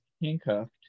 handcuffed